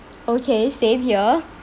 okay same here